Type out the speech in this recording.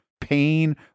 pain